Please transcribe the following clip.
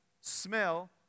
smell